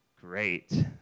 Great